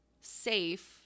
safe